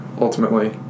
ultimately